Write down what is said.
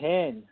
Ten